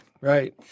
right